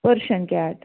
persian cat